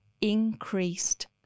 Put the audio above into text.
increased